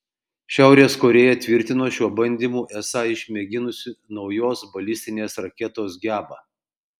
šiaurės korėja tvirtino šiuo bandymu esą išmėginusi naujos balistinės raketos gebą